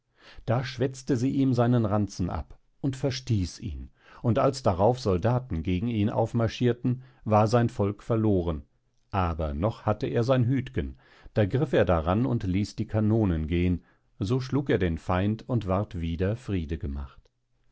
da schwäzte sie ihm seinen ranzen ab und verstieß ihn und als darauf soldaten gegen ihn marschirten war sein volk verloren aber noch hatte er sein hütgen da griff er daran und ließ die kanonen gehen so schlug er den feind und ward wieder friede gemacht